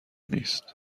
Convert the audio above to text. نیست